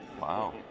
Wow